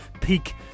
peak